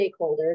stakeholders